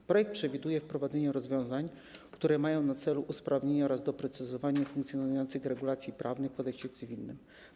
W projekcie przewiduje się wprowadzenie rozwiązań, które mają na celu usprawnienie oraz doprecyzowanie funkcjonujących regulacji prawnych w Kodeksie cywilnym.